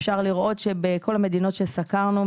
אפשר לראות שבכל המדינות שסקרנו,